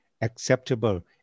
acceptable